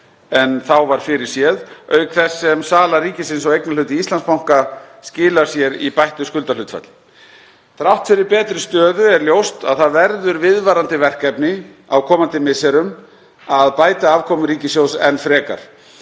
en þá var fyrir séð, auk þess sem sala ríkisins á eignarhlut í Íslandsbanka skilar sér í bættu skuldahlutfalli. Þrátt fyrir betri stöðu er ljóst að það verður viðvarandi verkefni á komandi misserum að bæta afkomu ríkissjóðs enn frekar.